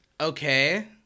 Okay